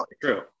True